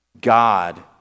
God